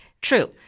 True